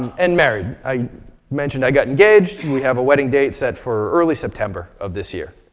and married. i mentioned i got engaged, we have a wedding date set for early september of this year.